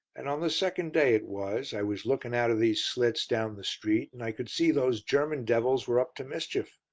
and on the second day it was, i was looking out of these slits down the street, and i could see those german devils were up to mischief.